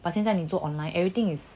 but 现在你做 online everything is